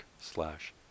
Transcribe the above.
slash